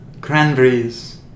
Cranberries